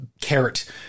carrot